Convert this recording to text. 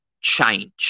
change